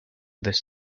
this